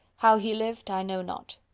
how he lived i know not.